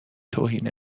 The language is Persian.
توهین